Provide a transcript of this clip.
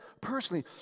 personally